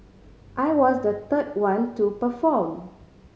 I was the third one to perform